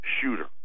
shooter